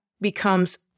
becomes